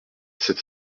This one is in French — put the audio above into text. sept